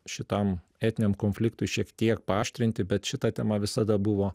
šitam etniniam konfliktui šiek tiek paaštrinti bet šita tema visada buvo